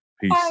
Peace